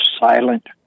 silent